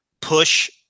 push